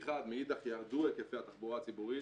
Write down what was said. מחד, מאידך ירדו היקפי התחבורה הציבורית.